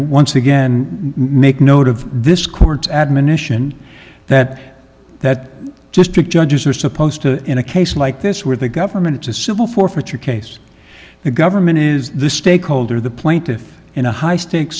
once again make note of this court's admonition that that district judges are supposed to in a case like this where the government it's a civil forfeiture case the government is the stakeholder the plaintiff in a high stak